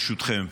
ברשותכם.